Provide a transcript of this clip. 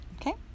okay